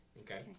Okay